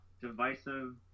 divisive